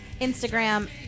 Instagram